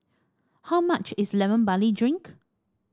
how much is Lemon Barley Drink